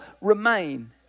remain